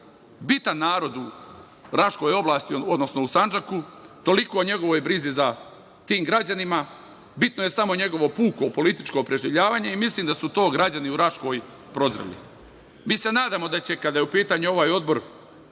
bitan narod u Raškoj oblasti, odnosno u Sandžaku, toliko o njegovoj brizi za tim građanima. Bitno je samo njegovo puko političko preživljavanje. Mislim da su to građani u Raškoj prozreli. Mi se nadamo da će, kada je u pitanju ovaj odbor,